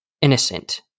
innocent